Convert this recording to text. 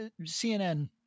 CNN